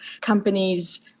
companies